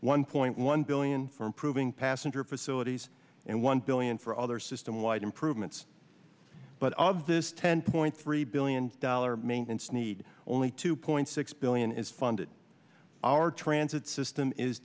one point one billion for improving passenger facilities and one billion for other systemwide improvements but of this ten point three billion dollars maintenance need only two point six billion is funded our transit system is